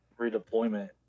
redeployment